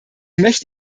möchte